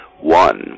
one